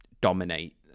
dominate